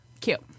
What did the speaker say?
Cute